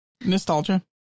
nostalgia